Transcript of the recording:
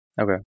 Okay